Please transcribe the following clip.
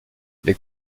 les